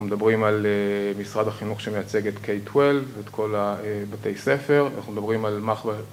‫אנחנו מדברים על משרד החינוך ‫שמייצג את K-12 ואת כל הבתי ספר, ‫ואנחנו מדברים על מחב"א...